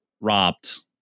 robbed